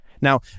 Now